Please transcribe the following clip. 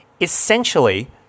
essentially